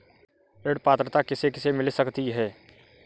ऋण पात्रता किसे किसे मिल सकती है?